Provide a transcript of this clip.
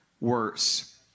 worse